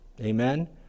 Amen